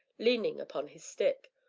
leaning upon his stick.